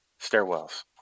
Stairwells